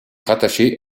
rattachée